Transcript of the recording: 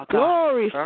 Glory